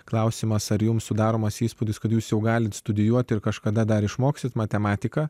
klausimas ar jums sudaromas įspūdis kad jūs jau galite studijuoti ir kažkada dar išmoksite matematiką